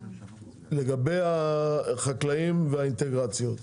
לגבי החקלאים והאינטגרציות,